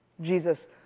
Jesus